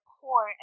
poor